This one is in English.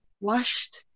washed